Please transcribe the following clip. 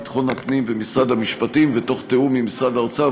ביטחון הפנים והמשפטים, ותוך תיאום עם משרד האוצר.